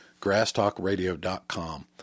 Grasstalkradio.com